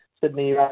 Sydney